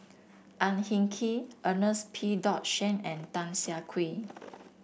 Ang Hin Kee Ernest P dot Shank and Tan Siah Kwee